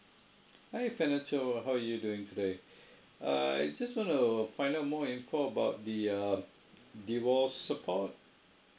hi kaneto how are you doing today uh I just want to find out more info about the uh divorce support